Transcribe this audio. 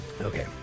Okay